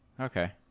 Okay